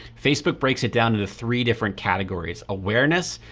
facebook breaks it down into three different categories. awareness,